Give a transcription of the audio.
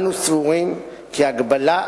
אנו סבורים כי הגבלה